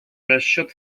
расчет